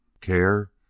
Care